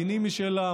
דינים משלה,